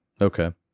Okay